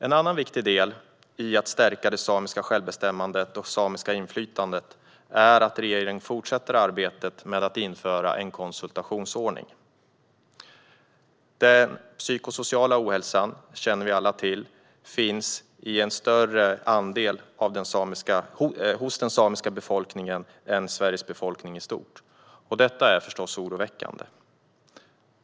En annan viktig del i att stärka det samiska självbestämmandet och det samiska inflytandet är att regeringen fortsätter arbetet med att införa en konsultationsordning. Vi känner alla till att den psykosociala ohälsan finns hos en större andel av den samiska befolkningen än Sveriges befolkning i stort. Detta är förstås oroväckande.